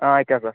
ആ അയക്കാം സർ